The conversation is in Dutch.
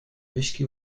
whisky